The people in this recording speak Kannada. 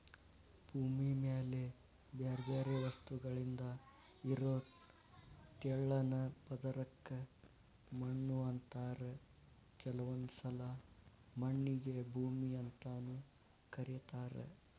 ಭೂಮಿ ಮ್ಯಾಲೆ ಬ್ಯಾರ್ಬ್ಯಾರೇ ವಸ್ತುಗಳಿಂದ ಇರೋ ತೆಳ್ಳನ ಪದರಕ್ಕ ಮಣ್ಣು ಅಂತಾರ ಕೆಲವೊಂದ್ಸಲ ಮಣ್ಣಿಗೆ ಭೂಮಿ ಅಂತಾನೂ ಕರೇತಾರ